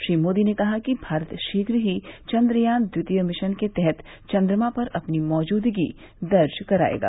श्री मोदी ने कहा कि भारत शीघ्र ही चन्द्रयान द्वितीय मिशन के तहत चन्द्रमा पर अपनी मौजूदगी दर्ज करायेगा